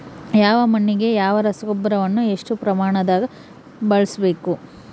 ಯಾವ ಮಣ್ಣಿಗೆ ಯಾವ ರಸಗೊಬ್ಬರವನ್ನು ಎಷ್ಟು ಪ್ರಮಾಣದಾಗ ಬಳಸ್ಬೇಕು?